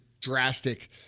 drastic